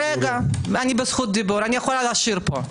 אני בזכות הדיבור, אני יכולה לשיר פה.